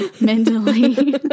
mentally